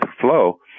flow